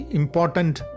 important